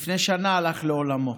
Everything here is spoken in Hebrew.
הלך לפני שנה לעולמו.